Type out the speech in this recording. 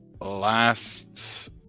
Last